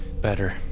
better